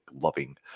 loving